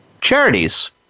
charities